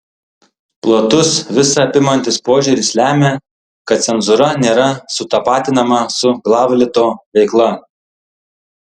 platus visa apimantis požiūris lemia kad cenzūra nėra sutapatinama su glavlito veikla